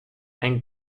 ein